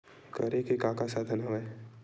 करे के का का साधन हवय?